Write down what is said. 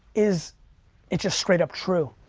is it's just straight up true.